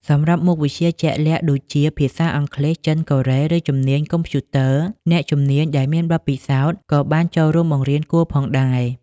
សម្រាប់មុខវិជ្ជាជាក់លាក់ដូចជាភាសា អង់គ្លេស ចិន កូរ៉េ ឬជំនាញកុំព្យូទ័រ អ្នកជំនាញដែលមានបទពិសោធន៍ក៏បានចូលរួមបង្រៀនគួរផងដែរ។